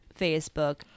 Facebook